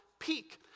Peak